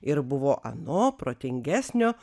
ir buvo ano protingesnio